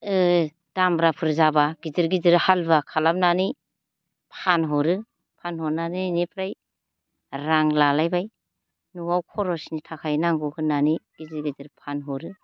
ओ दामब्राफोर जाब्ला गिदिर गिदिर हालुवा खालामनानै फानहरो फानहरनानै एनिफ्राय रां लालायबाय न'आव खरसनि थाखाय नांगौ होननानै गेजेर गेजेर फानहरो